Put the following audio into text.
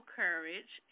courage